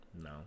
No